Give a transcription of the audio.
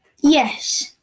Yes